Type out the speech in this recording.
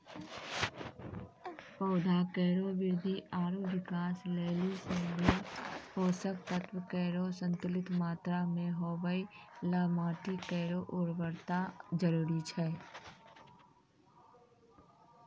पौधा केरो वृद्धि आरु विकास लेलि सभ्भे पोसक तत्व केरो संतुलित मात्रा म होवय ल माटी केरो उर्वरता जरूरी छै